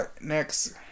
next